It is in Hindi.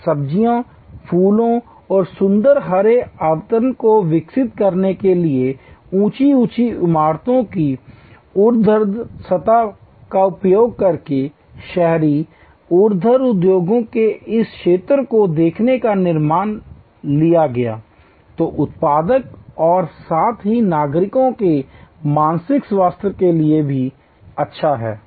और सब्जियों फूलों और सुंदर हरे आवरण को विकसित करने के लिए ऊंची ऊंची इमारतों की ऊर्ध्वाधर सतह का उपयोग करके शहरी ऊर्ध्वाधर उद्यानों के इस क्षेत्र को देखने का निर्णय लिया गया जो उत्पादक और साथ ही नागरिकों के मानसिक स्वास्थ्य के लिए बहुत अच्छा है